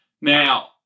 now